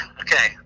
Okay